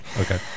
okay